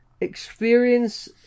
Experience